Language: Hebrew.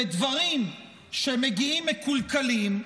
ודברים שמגיעים מקולקלים,